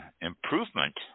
improvement